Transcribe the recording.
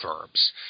verbs